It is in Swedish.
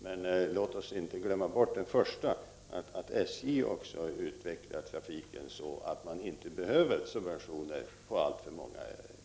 Men låt oss inte glömma bort den första, att SJ också utvecklar trafiken så att subventioner inte behövs på alltför många järnvägslinjer.